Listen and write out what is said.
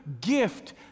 gift